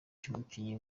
cy’umukinnyi